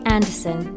Anderson